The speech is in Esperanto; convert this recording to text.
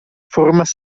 formas